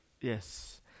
yes